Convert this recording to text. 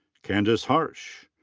candace harsh.